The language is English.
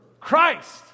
Christ